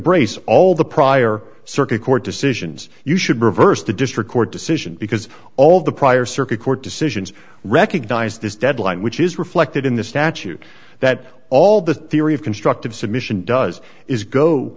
embrace all the prior circuit court decisions you should reverse the district court decision because all the prior circuit court decisions recognize this deadline which is reflected in the statute that all the theory of constructive